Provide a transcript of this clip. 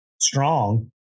strong